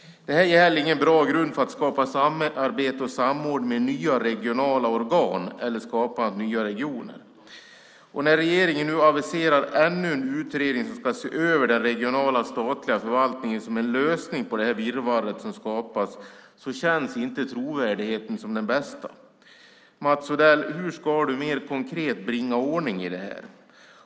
Det är heller ingen bra grund för att skapa samarbete och samordning med nya regionala organ eller skapa nya regioner. När regeringen nu aviserar ännu en utredning som ska se över den regionala statliga förvaltningen som en lösning på det virrvarr som skapats känns inte trovärdigheten som den bästa. Mats Odell, hur ska du mer konkret bringa ordning i det här?